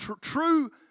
true